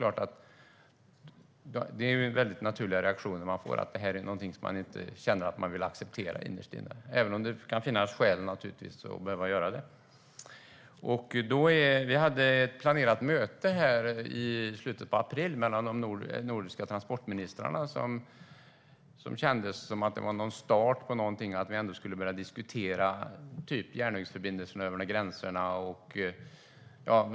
Det är en väldigt naturlig reaktion att det här är något som man innerst inne känner att man inte vill acceptera, även om det naturligtvis kan finnas skäl att göra det. Det var ett möte planerat i slutet av april mellan de nordiska transportministrarna som kändes som en start på något. Vi skulle börja diskutera järnvägsförbindelser över gränserna.